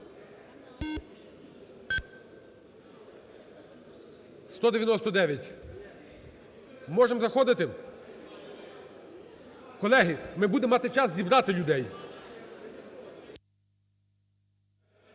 За-199 Можемо заходити? Колеги, ми будемо мати час зібрати людей.